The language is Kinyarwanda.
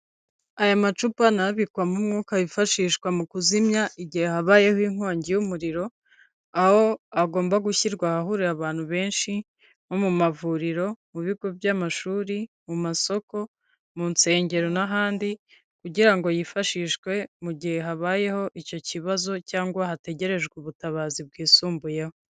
Aya macupa ni abikwamo umwuka wifashishwa mu kuzimya igihe habayeho inkongi y'umuriro, aho agomba gushyirwa ahahurira abantu benshi nko mu mavuriro, mu bigo by'amashuri, mu masoko, mu nsengero n'ahandi kugira ngo yifashishwe mu gihe habayeho icyo kibazo cyangwa hategerejwe ubutabazi bwisumbuyeho.